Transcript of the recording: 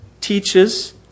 teaches